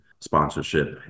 sponsorship